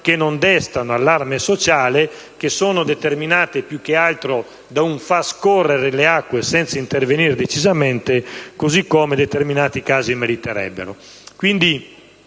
che non destano allarme sociale e che sono determinate più che altro da un far scorrere le acque senza intervenire decisamente, così come determinati casi meriterebbero.